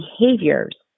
behaviors